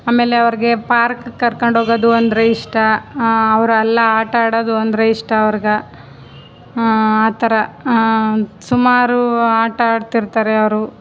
ಆಮೇಲೆ ಅವ್ರಿಗೆ ಪಾರ್ಕಿಗೆ ಕರ್ಕೊಂಡು ಹೋಗೋದು ಅಂದರೆ ಇಷ್ಟ ಅವ್ರು ಅಲ್ಲ ಆಟ ಆಡೋದು ಅಂದರೆ ಇಷ್ಟ ಅವ್ರಿಗೆ ಆ ಥರ ಸುಮಾರು ಆಟ ಆಡ್ತಿರ್ತಾರೆ ಅವರು